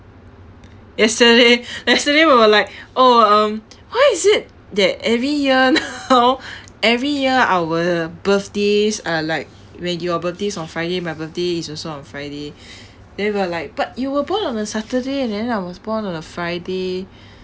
yesterday yesterday we were like oh um why is it that every year now every year our birthdays are like when your birthday is on friday my birthday is also on friday then we were like but you were born on a saturday and then I was born on a friday